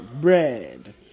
bread